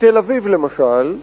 בתל-אביב, למשל,